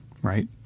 Right